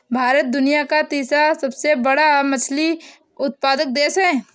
भारत दुनिया का तीसरा सबसे बड़ा मछली उत्पादक देश है